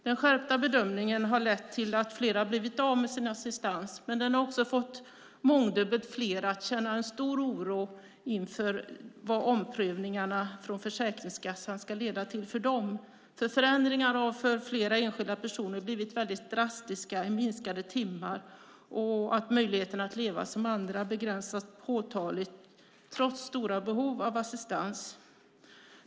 Den skärpta bedömningen har lett till att flera har blivit av med sin assistans, men det har också fått mångdubbelt fler att känna en stor oro inför vad omprövningarna från Försäkringskassan ska leda till för dem. Förändringarna har för flera enskilda personer blivit drastiska i minskat antal timmar, och möjligheterna att leva som andra har begränsats påtagligt trots stora behov av assistans.